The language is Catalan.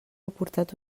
aportat